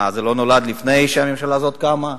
מה, זה לא נולד לפני שהממשלה הזאת קמה?